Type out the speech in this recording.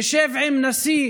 יישב עם נשיא